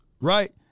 right